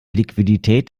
liquidität